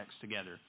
together